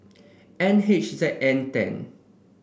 N H Z N ten